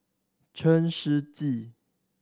Chen Shiji